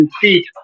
feet